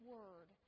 Word